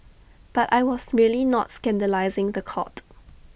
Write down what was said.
but I was really not scandalising The Court